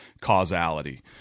causality